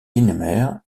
guynemer